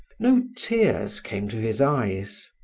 no tears came to his eyes.